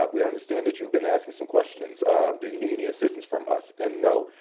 we understand that you've been asking some questions. um do you need any assistance from us? and no.